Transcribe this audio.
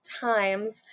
times